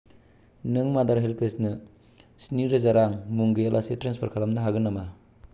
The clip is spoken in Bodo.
नों मादार हेल्पेजनो स्नि रोजा रां मुं गैयालासै ट्रेन्सफार खालामनो हागोन नामा